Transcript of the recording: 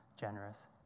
generous